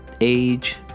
age